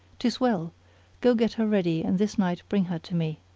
tis well go get her ready and this night bring her to me.